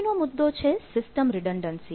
પછીનો મુદ્દો છે સિસ્ટમ રિડંડ્ન્સી